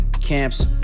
camps